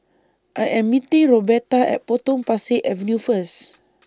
I Am meeting Roberta At Potong Pasir Avenue First